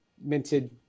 minted